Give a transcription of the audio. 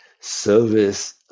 service